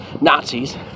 Nazis